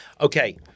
okay